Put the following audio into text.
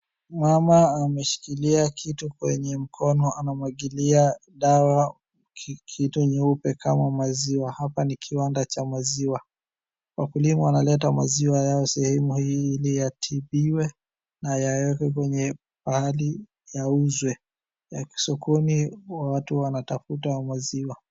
Mama ameshikilia kitu kwenye mkono anamwagilia dawa kitu nyeupe kama maziwa. Hapa ni kiwanda cha maziwa. Wakulima wanaleta maziwa yao sehemu hii ili yatibiwe na yawekwe kwenye mahali yauzwe sokoni watu huwa wanatafuta maziwa.